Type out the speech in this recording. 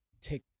take